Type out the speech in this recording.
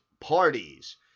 parties